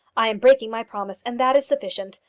i am breaking my promise, and that is sufficient.